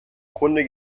grunde